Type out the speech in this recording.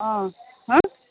অ হা